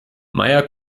meier